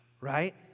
right